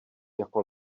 jako